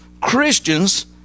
Christians